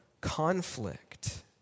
conflict